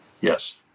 Yes